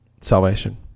salvation